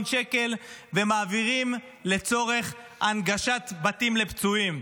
שקל ומעבירים לצורך הנגשת בתים לפצועים,